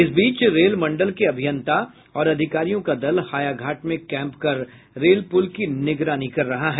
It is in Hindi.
इस बीच रेल मंडल के अभियंता और अधिकारियों का दल हायाघाट में कैम्प कर रेल पुल की निगरानी कर रहा है